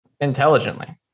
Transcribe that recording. intelligently